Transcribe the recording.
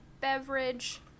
beverage